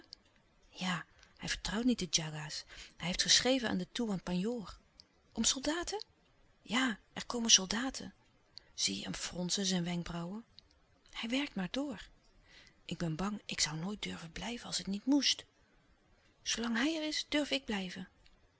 ja hij vertrouwt niet de djàgà's hij heeft geschreven aan den toean majoor om soldaten ja er komen soldaten zie hem fronsen zijn wenkbrauwen hij werkt maar door ik ben bang ik zoû nooit durven blijven als het niet moest zoolang hij er is durf ik blijven